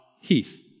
Heath